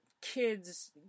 kids